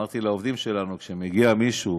אמרתי לעובדים שלנו: כשמגיע מישהו